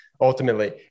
Ultimately